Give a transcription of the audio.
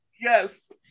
Yes